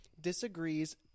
disagrees